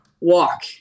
walk